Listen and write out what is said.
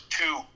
two